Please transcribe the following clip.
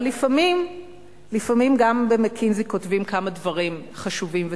אבל לפעמים גם ב"מקינזי" כותבים כמה דברים חשובים וטובים.